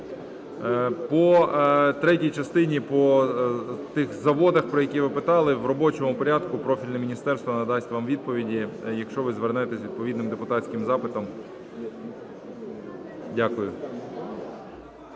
По третій частині, по тих заводах, про які ви питали. В робочому порядку профільне міністерство надасть вам відповіді, якщо ви звернетеся з відповідним депутатським запитом. Дякую.